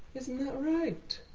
isn't that right,